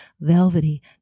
velvety